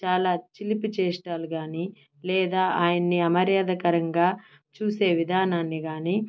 చాలా చిలిపి చేష్టాలు కానీ లేదా ఆయన్ని అమర్యాదకరంగా చూసే విధానాన్ని కానీ